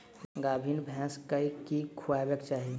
गाभीन भैंस केँ की खुएबाक चाहि?